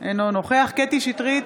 אינו נוכח קטי קטרין שטרית,